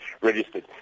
registered